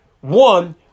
One